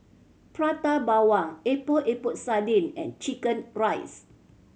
Prata Bawang Epok Epok Sardin and chicken rice